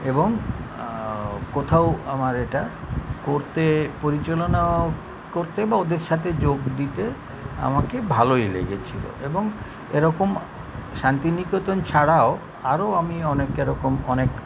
এবং কোথাও আমার এটা করতে পরিচালনা করতে বা ওদের সাথে যোগ দিতে আমাকে ভালোই লেগেছিল এবং এরকম শান্তিনিকেতন ছাড়াও আরও আমি অনেক এরকম অনেক